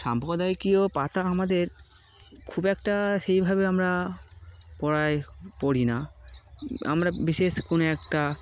সম্পাদকীয় পাতা আমাদের খুব একটা সেইভাবে আমরা পড়ায় পড়ি না আমরা বিশেষ কোনো একটা